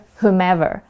whomever